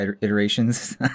iterations